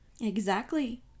Exactly